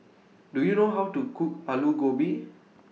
Do YOU know How to Cook Aloo Gobi